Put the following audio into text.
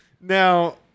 Now